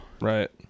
right